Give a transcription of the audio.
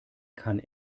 kann